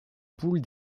poule